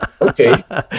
Okay